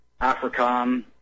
AFRICOM